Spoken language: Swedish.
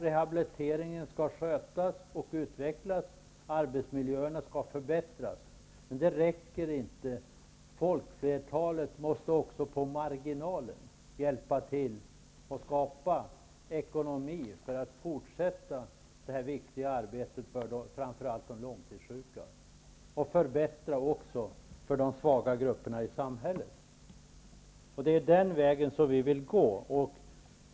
Rehabiliteringen skall skötas och utvecklas. Arbetsmiljöerna skall förbättras. Men det räcker inte. Folkflertalet måste också på marginalen hjälpa till att skapa ekonomi för att fortsätta det här viktiga arbetet för framför allt de långtidssjuka och förbättra också för de svaga grupperna i samhället. Det är den vägen som vi vill gå.